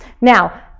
Now